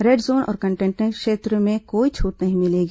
red zone और containment क्षेत्र में कोई छूट नहीं मिलेगी